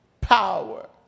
Power